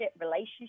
relationship